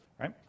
right